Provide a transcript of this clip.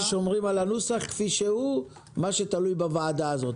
בכל מה שתלוי בוועדה הזו.